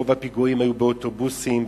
ורוב הפיגועים היו באוטובוסים,